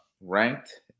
ranked